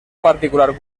particular